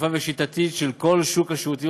מקיפה ושיטתית של כל שוק השירותים